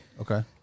Okay